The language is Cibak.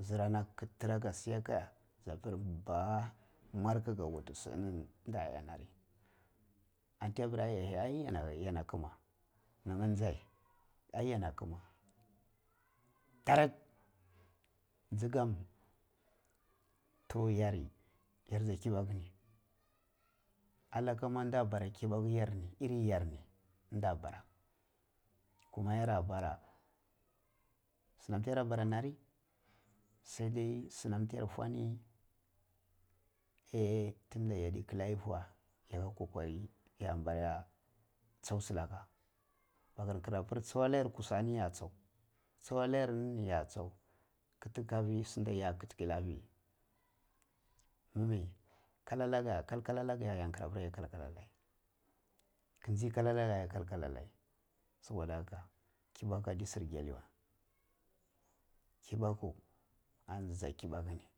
zirana kitinau ka shiya ka ye di ja pir bam war g aka wutu su ini ni tin a iya na ri an ti ya pir ai ya na kima ni ye njai. Tar jigam toh yari yar kibaku ni allakama da bara kibaku yarni iri yarni kuma yara bara sinam ti yara bara na ri sai dai sin am ti yar foni a tun da yadd killa a yi fi we yaka kokari ya bara chau silaka magir ngira piri chan la rai kusa ni yara chau, chau alla yar innini yara chau, kiti ga vi sini ya kiti ke la vi mi kal kal alaga kal kal alaga ya nkiri pir kal kal allai ji kal kal allaga ji kal kal allai soboda haka kibaku adi sir kyali we kibaka ani jig a kibaku ni.